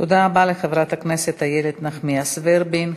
תודה רבה לחברת הכנסת איילת נחמיאס ורבין.